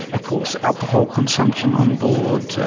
course alcohol consumption on board,